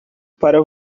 para